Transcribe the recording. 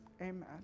Amen